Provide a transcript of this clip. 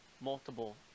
multiple